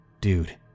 Dude